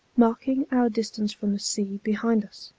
marking our distance from the sea behind us.